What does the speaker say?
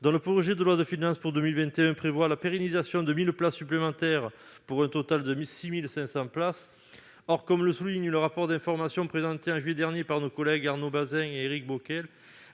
Le projet de loi de finances pour 2021 prévoit la pérennisation de 1 000 places supplémentaires pour un total de 6 500 places. Or, comme le souligne le rapport d'information présenté en juillet dernier par nos collègues Arnaud Bazin et Éric Bocquet